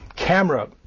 Camera